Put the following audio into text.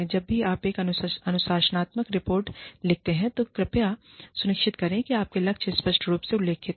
जब भी आप एक अनुशासनात्मक रिपोर्ट लिखते हैं तो कृपया सुनिश्चित करें कि आपके लक्ष्य स्पष्ट रूप से उल्लिखित हैं